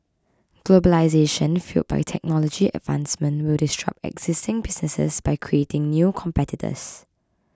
globalisation fuelled by technology advancement will disrupt existing businesses by creating new competitors